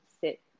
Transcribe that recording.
sit